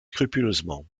scrupuleusement